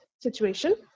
situation